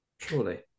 Surely